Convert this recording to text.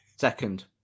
Second